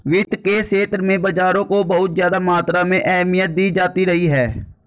वित्त के क्षेत्र में बाजारों को बहुत ज्यादा मात्रा में अहमियत दी जाती रही है